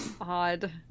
odd